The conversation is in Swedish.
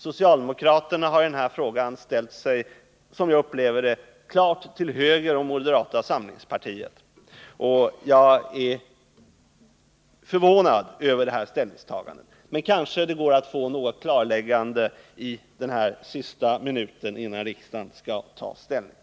Socialdemokraterna har i den här frågan. som jag upplever det, ställt sig klart till höger om moderata samlingspartiet. Jag är förvånad över det ställningstagandet. men det går kanske att få något klarläggande under dessa sista minuter innan riksdagen skall ta ställning.